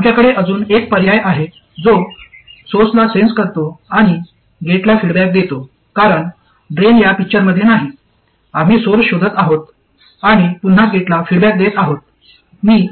आमच्याकडे अजून एक पर्याय आहे जो सोर्सला सेन्स करतो आणि गेटला फीडबॅक देतो कारण ड्रेन या पिक्चरमध्ये नाही आम्ही सोर्स शोधत आहोत आणि पुन्हा गेटला फीडबॅक देत आहोत मी